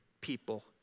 people